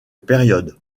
période